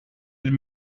het